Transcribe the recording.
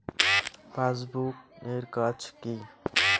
Passbook এর কাজ কি?